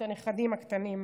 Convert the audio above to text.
את הנכדים הקטנים.